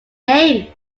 name